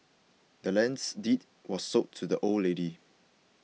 the land's deed was sold to the old lady